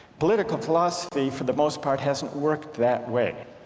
political philosophy for the most part hasn't worked that way.